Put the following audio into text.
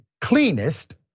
cleanest